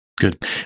Good